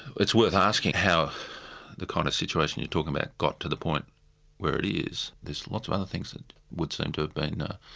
it's worth asking how the kind of situation you're talking about got to the point where it is. there're lots of other things that and would seem to have been ah